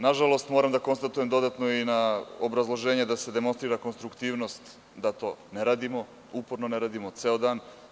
Nažalost, moram da konstatujem dodatno i na obrazloženje da se demonstrira konstruktivnost, da to ne radimo, uporno ne radimo ceo dan.